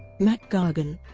mac gargan